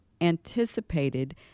anticipated